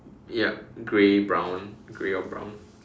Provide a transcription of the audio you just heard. ya grey brown grey or brown